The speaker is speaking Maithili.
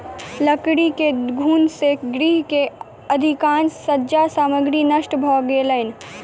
लकड़ी के घुन से गृह के अधिकाँश सज्जा सामग्री नष्ट भ गेलैन